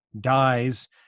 dies